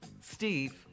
Steve